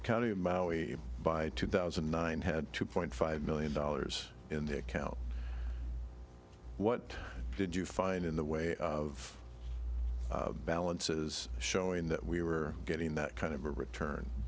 county of maui by two thousand and nine had two point five million dollars in the account what did you find in the way of balances showing that we were getting that kind of a return